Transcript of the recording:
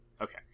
Okay